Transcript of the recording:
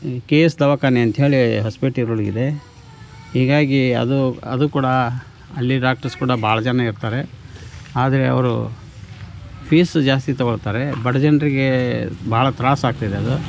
K S ದವಾಖಾನೆ ಅಂತ ಹೇಳಿ ಹೊಸಪೇಟೆಯೊಳಗಿದೆ ಹೀಗಾಗಿ ಅದು ಅದು ಕೂಡ ಅಲ್ಲಿ ಡಾಕ್ಟರ್ಸ್ ಕೂಡ ಭಾಳ ಜನ ಇರ್ತಾರೆ ಆದರೆ ಅವರು ಫೀಸ್ ಜಾಸ್ತಿ ತಗೊಳ್ತಾರೆ ಬಡ ಜನರಿಗೆ ಭಾಳ ತ್ರಾಸು ಆಗ್ತದೆ ಅದು